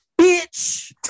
Bitch